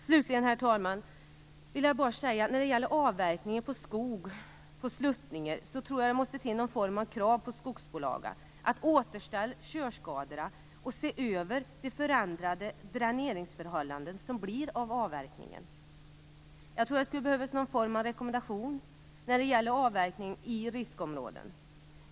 Slutligen, herr talman, vill jag när det gäller avverkning av skog på sluttningar säga att jag tror att det måste till någon form av krav på skogsbolagen när det gäller att återställa körskadorna och se över det förändrade dräneringsförhållanden som kommer av avverkningen. Jag tror att det skulle behövas någon form av rekommendation när det gäller avverkning i riskområden.